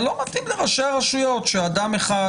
אבל לא מתאים לראשי הרשויות שאדם אחד